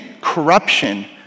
corruption